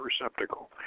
receptacle